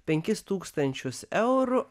penkis tūkstančius eurų